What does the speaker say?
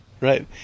right